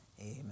Amen